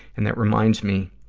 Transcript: and that reminds me